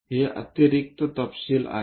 हे अतिरिक्त तपशील आहेत